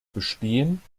bestehen